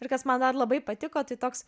ir kas man dar labai patiko tai toks